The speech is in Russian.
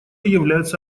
являются